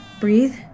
Breathe